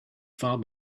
far